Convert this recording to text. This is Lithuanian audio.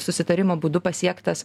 susitarimo būdu pasiektas